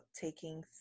taking